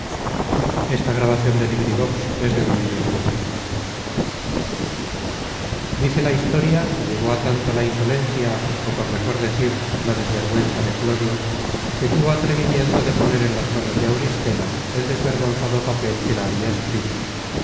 dice la historia que llegó á tanto la insolencia ó por mejor decir la desvergüenza de clodio que tuvo atrevimiento de poner en las manos de auristela el desvergonzado papel que la habia escrito